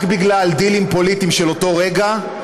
רק בגלל דילים פוליטיים של אותו רגע.